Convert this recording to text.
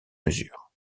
mesure